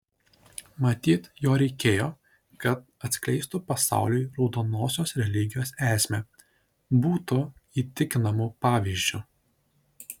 matyt jo reikėjo kad atskleistų pasauliui raudonosios religijos esmę būtų įtikinamu pavyzdžiu